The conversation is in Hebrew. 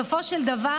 בסופו של דבר,